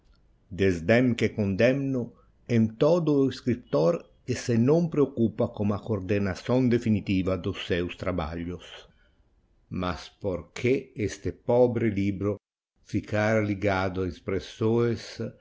desdem que condemno em todo o escriptor que se não preoccupa com a coordenação definitiva dos seus trabalhos mas porque este pobre livro ficára ligado a impressões